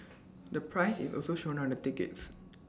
the price is also shown on the tickets